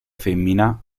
femmina